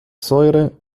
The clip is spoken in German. säure